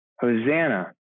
Hosanna